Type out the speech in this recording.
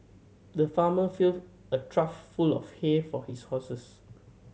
the farmer filled a trough full of hay for his horses